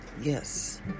yes